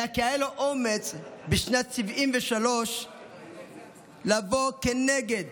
אלא כי היה לו אומץ בשנת 1973 לבוא כנגד